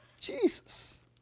Jesus